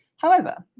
however,